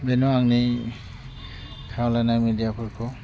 बेनो आंनि खावलायनाय मिडियाफोरखौ